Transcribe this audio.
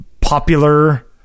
popular